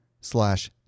slash